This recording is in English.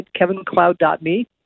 kevincloud.me